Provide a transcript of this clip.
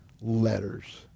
letters